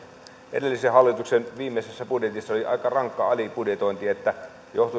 edellisen hallituksen viimeisessä budjetissa oli aika rankka alibudjetointi